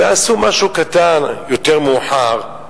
עשו משהו קטן יותר מאוחר,